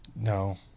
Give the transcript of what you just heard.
No